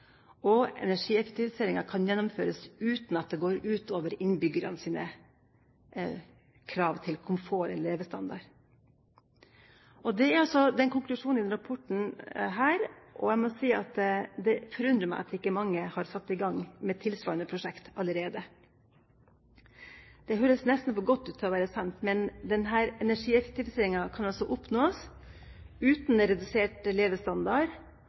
mengder energi kan dermed frigjøres ved å ta i bruk moderne teknologi som er tilgjengelig allerede i dag, og energieffektiviseringen kan gjennomføres uten at det går utover innbyggernes levestandard eller komfort.» Det er altså konklusjonen i denne rapporten, og det forundrer meg at ikke mange har satt i gang med tilsvarende prosjekt allerede. Det høres nesten for godt ut til å være sant, men denne energieffektiviseringa kan altså oppnås uten redusert levestandard,